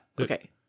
Okay